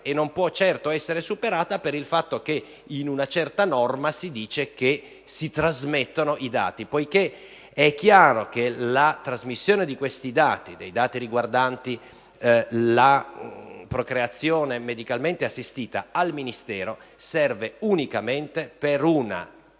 e non può certo essere superata per il fatto che in una certa norma si parla di trasmissione di dati. Poiché è chiaro che la trasmissione al Ministero dei dati riguardanti la procreazione medicalmente assistita serve unicamente per un